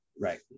right